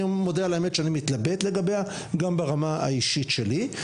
מודה על האמת שאני מתלבט לגביה גם ברמה האישית שלי,